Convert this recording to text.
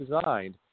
designed